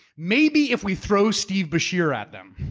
maybe if we throw steve beshear at them,